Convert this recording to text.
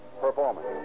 performance